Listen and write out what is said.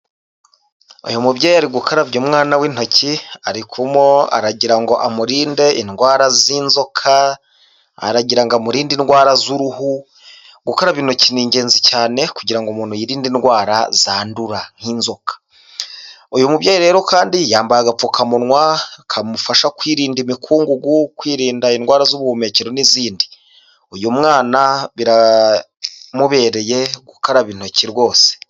Uyu mubyeyi ari gukarabya umwana w'intoki arikumo aragira ngo amurinde indwara z'inzoka aragira ngo amurinde indwara z'uruhu, gukaraba intoki ni ingenzi cyane kugira ngo umuntu yirinde indwara zandura nk'inzoka, uyu mubyeyi rero kandi yambaye agapfukamunwa kamufasha kwirinda imikungugu, kwirinda indwara z'ubuhumekero n'izindi uyu mwana biramubereye gukaraba intoki rwose.